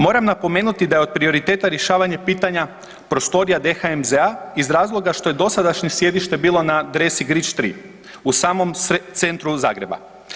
Moram napomenuti da je od prioriteta rješavanje pitanja prostorija DHMZ-a iz razloga što je dosadašnje sjedište bilo na adresi Grič 3, u samom centru Zagreba.